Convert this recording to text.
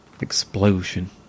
Explosion